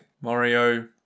Mario